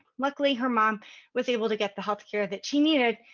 luckily her mom was able to get the health care that she needed,